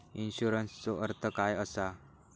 इन्शुरन्सचो अर्थ काय असा?